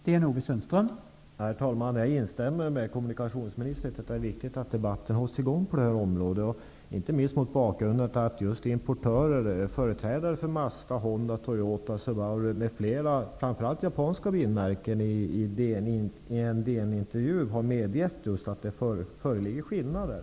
Herr talman! Jag instämmer med kommunikationsministern i att det är viktigt att debatten hålls i gång på det här området, inte minst mot bakgrund av att just importörer och företrädare för Mazda, Honda, Toyota, Subaru, m.fl., framför allt japanska bilmärken, i en DN intervju har medgett att det föreligger skillnader.